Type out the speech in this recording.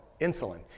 insulin